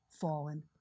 fallen